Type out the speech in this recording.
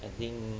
I think